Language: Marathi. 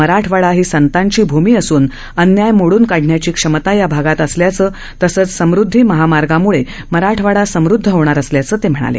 मराठवाडा ही संतांची भूमी असून अन्याय मोडून काढण्याची क्षमता या भागात असल्याचं तसंच समृद्धी महामार्गामुळे मराठवाडा समृद्ध होणार असल्याचं ते यावेळी म्हणाले